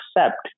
accept